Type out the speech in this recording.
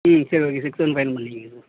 ம் சரி okay six thousand final பண்ணிக்கங்க சார்